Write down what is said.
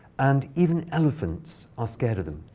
and even elephants are scared of them,